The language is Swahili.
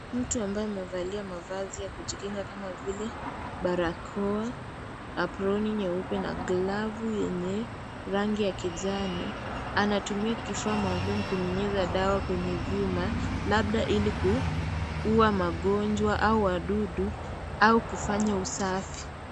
Mtu ambaye amevalia mavazi ya kujikinga kama vile barakoa, aproni nyeupe na glavu yenye rangi ya kijani anatumia kifaa maalum kunyunyizia dawa kwenye vyuma labda ili kuua magonjwa au wadudu au kufanya usafi.